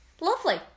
Lovely